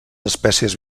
espècies